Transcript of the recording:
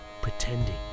pretending